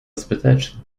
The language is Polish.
zbyteczne